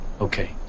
Okay